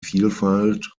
vielfalt